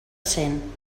cent